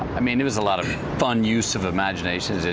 i mean, it was a lot of fun use of imagination.